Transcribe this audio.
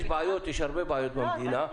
יש בעיות, יש הרבה בעיות במדינה.